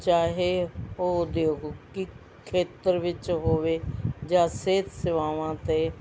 ਚਾਹੇ ਉਹ ਉਦਯੋਗਿਕ ਖੇਤਰ ਵਿੱਚ ਹੋਵੇ ਜਾਂ ਸਿਹਤ ਸੇਵਾਵਾਂ ਅਤੇ